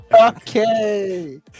Okay